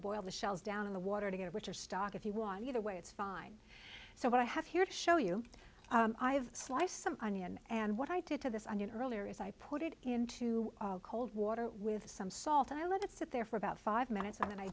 boil the shells down in the water to get a richer stock if you want either way it's fine so what i have here to show you i have sliced some onion and what i did to this onion earlier is i put it into cold water with some salt i let it sit there for about five minutes and then i